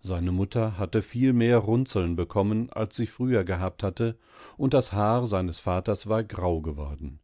seine mutter hatte viel mehr runzeln bekommen als sie früher gehabt hatte und das haar des vaters war grau geworden